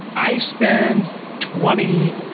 i spend twenty